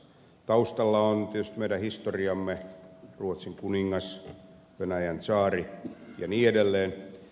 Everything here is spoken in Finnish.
taustalla on tietysti meidän historiamme ruotsin kuningas venäjän tsaari ja niin edelleen